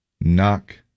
Knock